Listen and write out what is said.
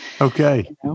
Okay